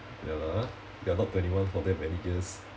ya lah we are not twenty one for that many years